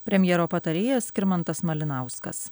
premjero patarėjas skirmantas malinauskas